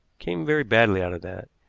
came very badly out of that.